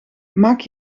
maak